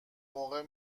موقع